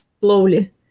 slowly